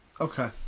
Okay